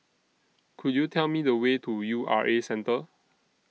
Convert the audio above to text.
Could YOU Tell Me The Way to U R A Centre